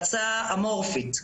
המלצה אמורפית,